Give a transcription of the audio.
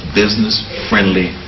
business-friendly